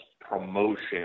promotion